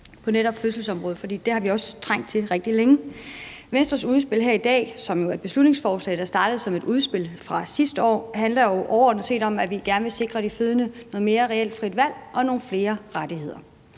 på netop fødselsområdet, for det har vi trængt til rigtig længe. Venstres udspil her i dag, som jo er et beslutningsforslag, der startede som et udspil sidste år, handler overordnet set om, at vi gerne vil sikre de fødende et mere reelt frit valg og nogle flere rettigheder.